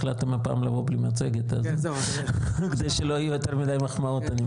החלטתם הפעם --- כדי שלא יהיה יותר מדי מחמאות.